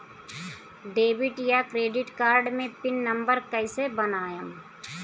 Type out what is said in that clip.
Debit या credit card मे pin number कैसे बनाएम?